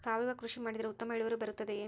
ಸಾವಯುವ ಕೃಷಿ ಮಾಡಿದರೆ ಉತ್ತಮ ಇಳುವರಿ ಬರುತ್ತದೆಯೇ?